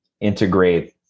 integrate